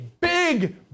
big